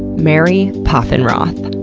mary poffenroth.